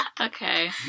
Okay